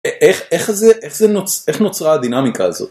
איך, איך זה... איך זה... איך נוצרה הדינמיקה הזאת?